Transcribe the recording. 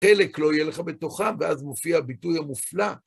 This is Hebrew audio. חלק לא יהיה לך בתוכה, ואז מופיע הביטוי המופלא.